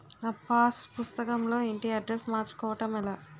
నా పాస్ పుస్తకం లో ఇంటి అడ్రెస్స్ మార్చుకోవటం ఎలా?